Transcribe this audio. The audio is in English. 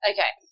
Okay